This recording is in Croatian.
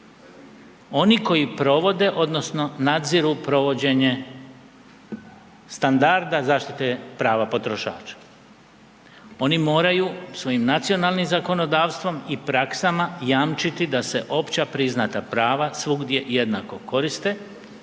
oni koji provode odnosno nadziru provođenje standarda zaštite prava potrošača. Oni moraju svojim nacionalnim zakonodavstvom i praksama jamčiti da se opća priznata prava svugdje jednako koriste